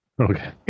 Okay